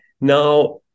Now